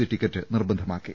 C ticket നിർബന്ധമാക്കി